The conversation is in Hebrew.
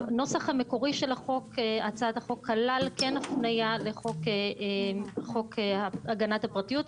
הנוסח המקורי של הצעת החוק כלל הפניה לחוק הגנת הפרטיות.